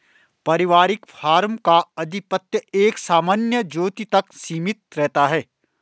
पारिवारिक फार्म का आधिपत्य एक सामान्य ज्योति तक सीमित रहता है